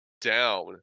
down